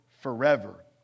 forever